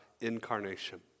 incarnation